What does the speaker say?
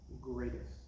greatest